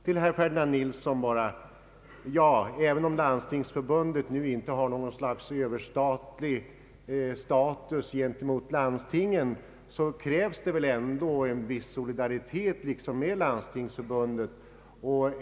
Även om landstingsförbundet, herr Ferdinand Nilsson, inte har något slag av överstatlig status gentemot landstingen krävs det väl ändå en viss solidaritet med = Landstingsförbundet.